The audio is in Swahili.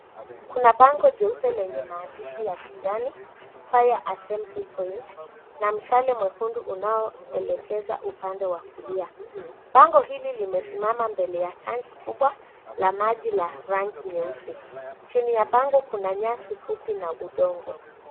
Kuna bango jeupe lenye maandishi ya kijani FIRE ASSEMBLY POINT na mshale mwekundu unaoelekeza upande wa kulia. Bango hili limesimama mbele ya tanki kubwa la maji la rangi nyeusi. Chini ya bango kuna nyasi fupi na udongo.